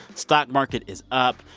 stock market is up.